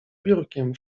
biurkiem